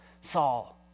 Saul